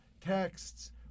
texts